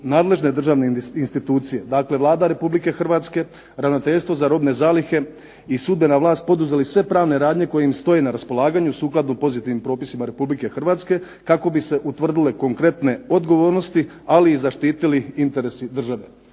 nadležne državne institucije, dakle Vlada Republike Hrvatske, Ravnateljstvo za robne zalihe i sudbena vlast poduzeli sve pravne radnje koje im stoje na raspolaganju sukladno pozitivnim propisima Republike Hrvatske kako bi se utvrdile konkretne odgovornosti, ali i zaštitili interesi države.